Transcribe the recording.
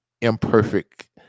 imperfect